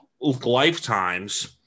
lifetimes